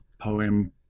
poem